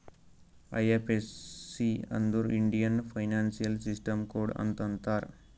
IFSC ಅಂದುರ್ Indian financial system code ಅಂತ್ ಅಂತಾರ್